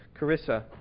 Carissa